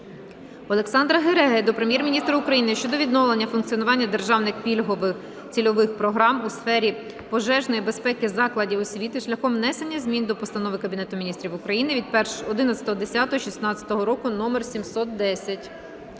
Олександра Гереги до Прем'єр-міністра України щодо відновлення функціонування державних цільових програм у сфері пожежної безпеки закладів освіти шляхом внесення змін до Постанови Кабінету Міністрів України від 11.10.2016 року номер 710.